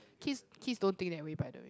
kids kids don't think that way by the way